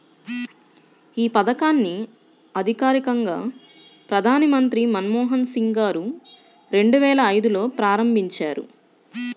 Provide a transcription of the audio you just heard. యీ పథకాన్ని అధికారికంగా ప్రధానమంత్రి మన్మోహన్ సింగ్ గారు రెండువేల ఐదులో ప్రారంభించారు